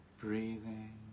breathing